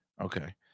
okay